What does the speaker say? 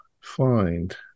find